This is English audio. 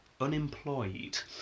unemployed